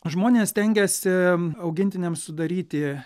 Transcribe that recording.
žmonės stengiasi augintiniams sudaryti